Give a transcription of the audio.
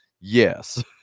Yes